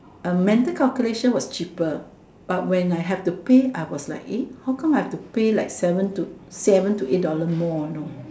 mental calculation was cheaper but when I have to pay I was like how come have to pay like seven to eight seven to eight dollar more you know